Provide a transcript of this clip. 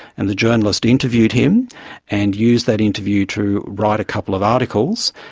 and the journalist interviewed him and used that interview to write a couple of articles,